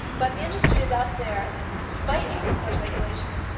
but the industry is out there fighting those regulations.